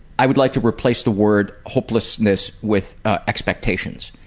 i would like to replace the word hopelessness with ah expectations.